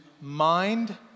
mind